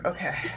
Okay